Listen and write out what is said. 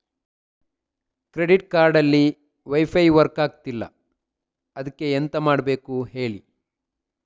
credit card ಅಲ್ಲಿ wifi work ಆಗ್ತಿಲ್ಲ ಅದ್ಕೆ ಎಂತ ಮಾಡಬೇಕು ಹೇಳಿ